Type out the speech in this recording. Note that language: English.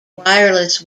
wireless